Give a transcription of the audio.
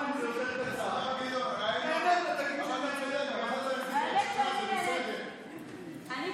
האמת שאני נהניתי, אני באמת נהניתי.